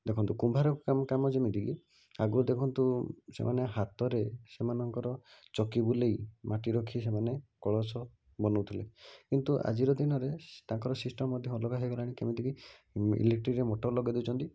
ଦେଖନ୍ତୁ କୁମ୍ଭାର କାମ କାମ ଯେମିତିକି ଆଗରୁ ଦେଖନ୍ତୁ ସେମାନେ ହାତରେ ସେମାନଙ୍କର ଚକି ବୁଲାଇ ମାଟି ରଖି ସେମାନେ କଳସ ବନଉଥିଲେ କିନ୍ତୁ ଆଜିର ଦିନରେ ତାଙ୍କର ସିଷ୍ଟମ ମଧ୍ୟ ଅଲଗା ହୋଇଗଲାଣି କେମିତିକି ଇଲେକ୍ଟ୍ରିକରେ ମୋଟର ଲଗାଇଦେଉଛନ୍ତି